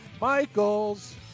Michael's